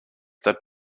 that